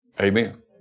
Amen